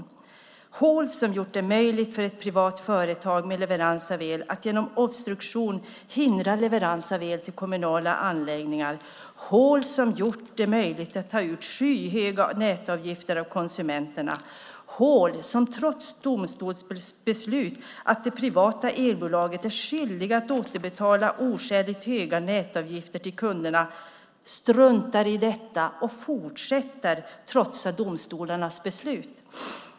Det var hål som gjorde det möjligt för ett privat företag som levererar el att genom obstruktion hindra leverans av el till kommunala anläggningar. Det var hål som gjorde det möjligt att ta ut skyhöga nätavgifter av konsumenterna. Det finns domstolsbeslut om att det privata elbolaget är skyldigt att återbetala oskäligt höga nätavgifter till kunderna. Man struntar i detta och fortsätter trotsa domstolarnas beslut.